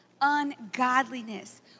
ungodliness